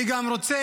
אני גם רוצה